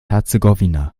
herzegowina